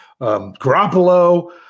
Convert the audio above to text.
Garoppolo